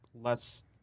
less